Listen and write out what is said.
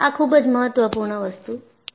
આ ખૂબ જ મહત્વપૂર્ણ વસ્તુ છે